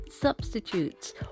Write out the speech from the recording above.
substitutes